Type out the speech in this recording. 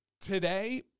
today